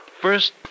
First